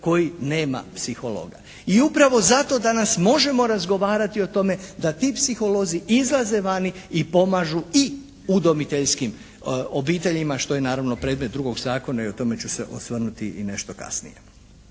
koji nema psihologa. I upravo zato danas možemo razgovarati o tome da ti psiholozi izlaze vani i pomažu i udomiteljskim obiteljima što je naravno predmet drugog zakona i o tome ću se osvrnuti i nešto kasnije.